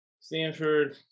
Stanford